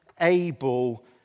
able